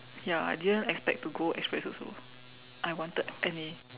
ya I didn't expect to go express also I wanted N_A